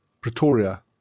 Pretoria